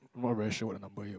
not very sure the number here